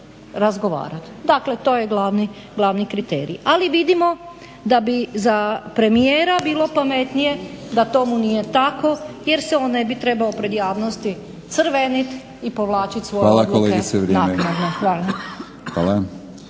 razgovarat. Dakle, to je glavni kriterij. Ali vidio da bi za premijera bilo pametnije da tomu nije tako, jer se on ne bi trebao pred javnosti crvenit i povlačit svoje odluke